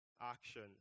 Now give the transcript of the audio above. action